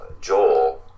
Joel